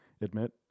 admit